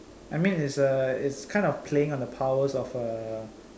I mean it's uh it's kinda playing on the powers of a